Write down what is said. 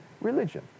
religion